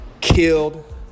killed